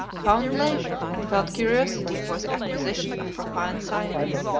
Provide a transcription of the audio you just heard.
found leisure and felt curiosity for the acquisition of profane science.